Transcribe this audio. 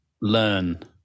learn